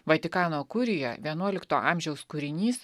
vatikano kurija vienuolikto amžiaus kūrinys